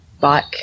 bike